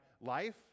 life